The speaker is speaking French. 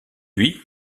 lui